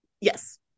Yes